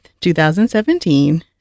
2017